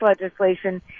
legislation